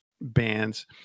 bands